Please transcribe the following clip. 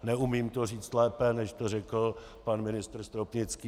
Neumím to říct lépe, než to řekl pan ministr Stropnický.